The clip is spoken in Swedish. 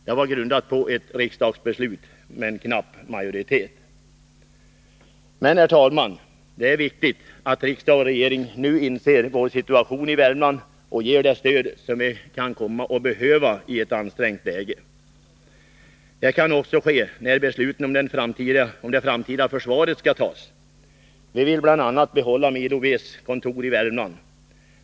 Det var grundat på ett riksdagsbeslut med en knapp majoritet. Men, herr talman, det är viktigt att riksdag och regering nu inser vår situation i Värmland och ger det stöd vi kan komma att behöva i ett ansträngt läge. Det kan också ske, när besluten om det framtida försvaret skall tas. Vi vill bl.a. behålla Milo B:s kontor i Värmland.